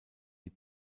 die